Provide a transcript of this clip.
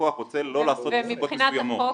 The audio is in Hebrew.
לקוח רוצה לא לעשות עסקות מסוימות.